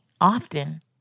often